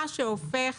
מה שהופך